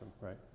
right